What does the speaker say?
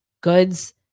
goods